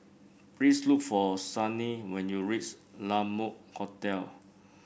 please look for Sunny when you reach La Mode Hotel